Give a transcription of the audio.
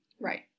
right